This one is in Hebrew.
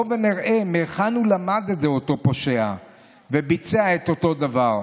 בואו נראה מהיכן למד את זה אותו פושע וביצע את אותו הדבר.